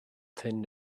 thin